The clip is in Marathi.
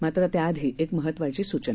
मात्र त्याआधी एक महत्वाची सूचना